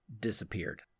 disappeared